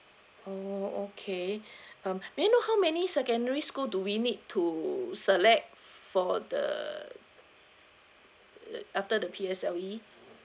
oh okay um may I know how many secondary school do we need to select for the after the P_S_L_E